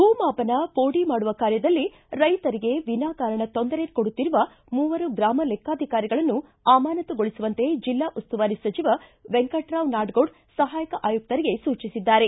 ಭೂ ಮಾಪನ ಪೋಡಿ ಮಾಡುವ ಕಾರ್ಯದಲ್ಲಿ ರೈತರಿಗೆ ವಿನಾಃಕಾರಣ ತೊಂದರೆ ಕೊಡುತ್ತಿರುವ ಮೂವರು ಗ್ರಮ ಲೆಕ್ಕಾಧಿಕಾರಿಗಳನ್ನು ಅಮಾನತ್ತುಗೊಳಿಸುವಂತೆ ಜಿಲ್ಲಾ ಉಸ್ತುವಾರಿ ಸಚಿವ ವೆಂಕಟರಾವ ನಾಡಗೌಡ ಸಪಾಯಕ ಆಯುಕ್ತರಿಗೆ ಸೂಚಿಸಿದ್ದಾರೆ